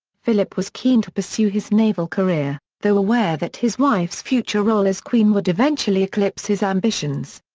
philip was keen to pursue his naval career, though aware that his wife's future role as queen would eventually eclipse his ambitions.